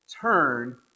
Turn